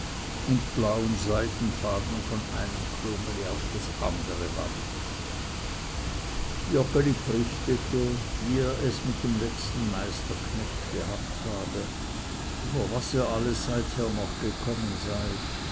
und blauen seidenfaden von einem klungeli auf das andere wand joggeli brichtete wie er es mit dem letzten meisterknecht gehabt habe und über was alles er seither noch gekommen sei